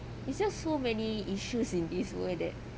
it's just so many issues in east with it